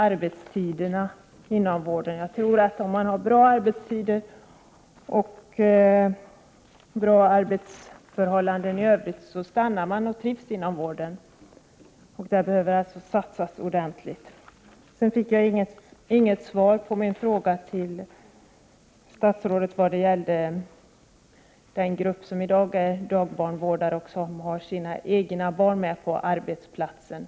Arbetstiderna inom vården är otroligt viktiga. Jag tror att den som har bra arbetstider och